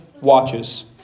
watches